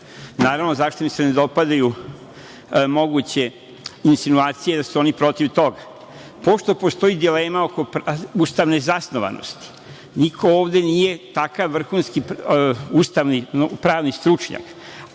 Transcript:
Naravno, zašto im se ne dopadaju moguće insinuacije, jer su oni protiv toga, pošto postoji dilema oko ustavne zasnovanosti. Niko ovde nije takav vrhunski ustavni pravni stručnjak.